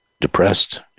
depressed